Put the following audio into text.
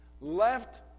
left